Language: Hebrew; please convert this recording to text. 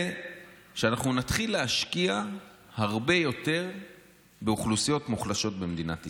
שנתחיל להשקיע הרבה יותר באוכלוסיות מוחלשות במדינת ישראל.